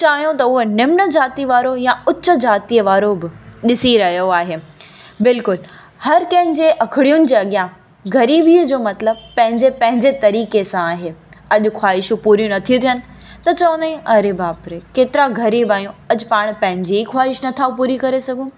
चाहियो त उहो निम्न जाती वारो या उच जातीअ वारो बि ॾिसी रहियो आहे बिल्कुलु हर कंहिंजे अखिणियुनि जे अॻियां ग़रीबीअ जो मतिलबु पंहिंजे पंहिंजे तरीक़े सां आहे अॼु ख़्वाहिशूं पूरियूं नथियूं थियनि त चवंदा अरे बाप रे केतिरा ग़रीब आहियूं अॼु पाण पंहिंजे ख़्वाहिश नथा पूरी करे सघूं